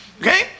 Okay